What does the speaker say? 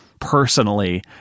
personally